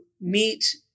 meet